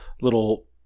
little